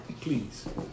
Please